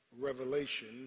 Revelation